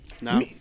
No